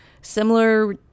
Similar